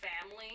family